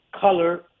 color